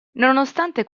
nonostante